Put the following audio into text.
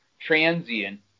transient